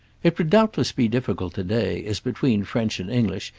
it would doubtless be difficult to-day, as between french and english,